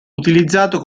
utilizzato